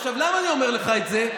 עכשיו, למה אני אומר לך את זה?